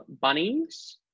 Bunnies